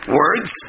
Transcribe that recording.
words